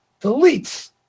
deletes